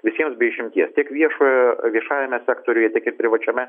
visiems be išimties tiek viešojo viešajame sektoriuje tiek ir privačiame